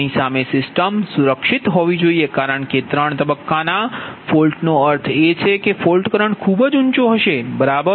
જેની સામે સિસ્ટમ સુરક્ષિત હોવી જોઈએ કારણ કે ત્રણ તબક્કાના symmetricalસિમેટ્રિકલ ફોલ્ટ નો અર્થ એ છે કે ફોલ્ટ કરંટ ખૂબ ઉંચો હશે બરાબર